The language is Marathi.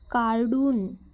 काडून